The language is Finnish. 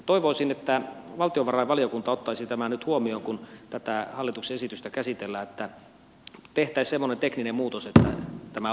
toivoisin että valtiovarainvaliokunta ottaisi tämän nyt huomioon kun tätä hallituksen esitystä käsitellään että tehtäisiin semmoinen tekninen muutos että tämä onnistuisi